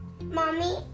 Mommy